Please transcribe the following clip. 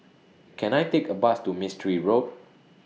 Can I Take A Bus to Mistri Road